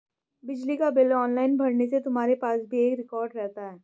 बिजली का bill online भरने से तुम्हारे पास भी एक रिकॉर्ड रहता है